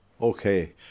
Okay